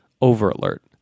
over-alert